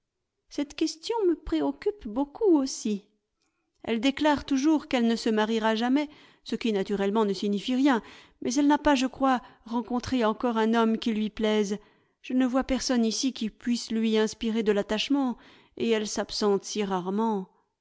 cette question me préoccupe beaucoup aussi elle déclare toujours qu'elle ne se mariera jamais ce qui naturellement ne signifie rien mais elle n'a pas je crois rencontré encore un homme qui lui plaise je ne vois personne ici qui puisse lui inspirer de l'attachement et elle s'absente si rarement